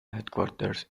headquarters